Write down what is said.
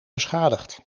beschadigd